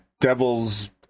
devil's